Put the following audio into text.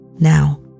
Now